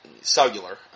cellular